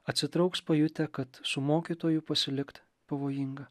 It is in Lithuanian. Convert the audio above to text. atsitrauks pajutę kad su mokytoju pasilikt pavojinga